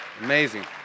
Amazing